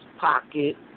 pocket